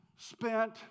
spent